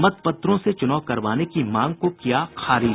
मतपत्रों से चुनाव करवाने की मांग को किया खारिज